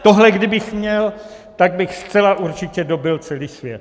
Tohle kdybych měl, tak bych zcela určitě dobyl celý svět.